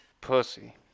Pussy